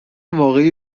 واقعی